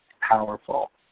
powerful